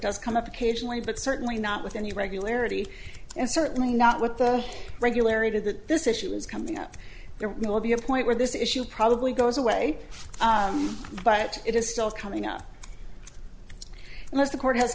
does come up occasionally but certainly not with any regularity and certainly not with the regularity that this issue is coming up there will be a point where this issue probably goes away but it is still coming up and as the court has